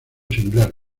similar